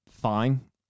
fine